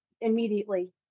immediately